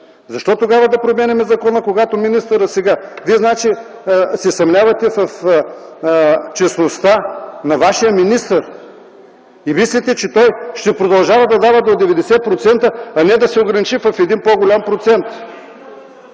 Защо тогава да променяме закона, когато министърът сега… Вие значи се съмнявате в честността на вашия министър и мислите, че той ще продължава да дава до 90%, а не да се ограничи в един по-голям процент.